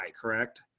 correct